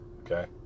okay